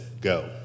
go